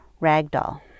ragdoll